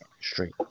Straight